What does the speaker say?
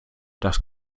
das